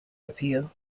appeal